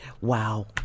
Wow